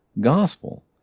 gospel